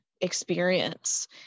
experience